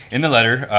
in the letter,